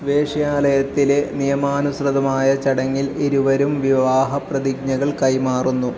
വേശ്യാലയത്തിലെ നിയമാനുസൃതമായ ചടങ്ങിൽ ഇരുവരും വിവാഹ പ്രതിജ്ഞകൾ കൈമാറുന്നു